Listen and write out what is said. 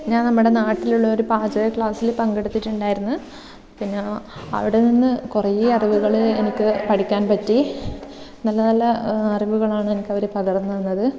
ഞാൻ നമ്മുടെ നാട്ടിലുള്ള ഒരു പാചക ക്ലാസ്സിൽ പങ്കെടുത്തിട്ടുണ്ടായിരുന്ന് പിന്നെ അവിടെ നിന്ന് കുറേ അറിവുകൾ എനിക്ക് പഠിക്കാൻ പറ്റി നല്ല നല്ല അറിവുകളാണ് എനിക്കവർ പകർന്നു തന്നത്